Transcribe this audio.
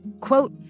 Quote